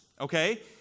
okay